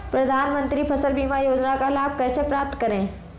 प्रधानमंत्री फसल बीमा योजना का लाभ कैसे प्राप्त करें?